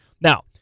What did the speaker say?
Now